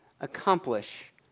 accomplish